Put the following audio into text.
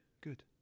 good